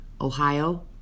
Ohio